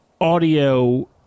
audio